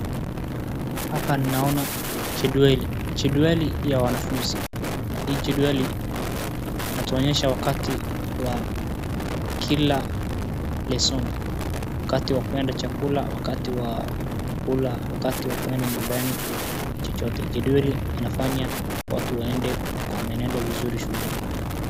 Hapa naona jedwali .Jedwali ya wanafunzi hii jedwali inatuonyesha wakati wa kila lessoni wakati wakuenda chakula wakati wa kuenda nyumbani na chochote jedwali inafanya watu waende kwa mienendo mzuri shuleni .